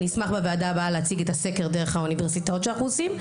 אני אשמח בוועדה הבאה להציג את הסקר דרך האוניברסיטאות שאנחנו עושים.